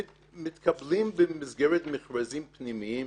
שמתקבלים במסגרת מכרזים פנימיים.